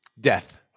Death